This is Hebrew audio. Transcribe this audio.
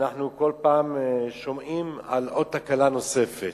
אנחנו כל פעם שומעים על תקלה נוספת.